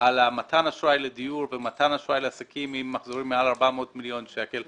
על מתן אשראי לדיור ומתן אשראי לעסקים עם מחזורים מעל 400 מיליון שקלים,